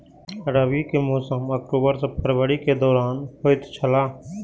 रबी के मौसम अक्टूबर से फरवरी के दौरान होतय छला